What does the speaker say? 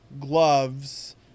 gloves